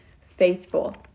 faithful